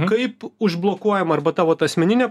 kaip užblokuojama arba tavo ta asmeninė